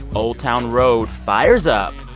old town road fires up.